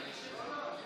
לא לא.